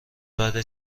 بعد